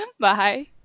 Bye